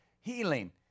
healing